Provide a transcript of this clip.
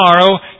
tomorrow